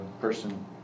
person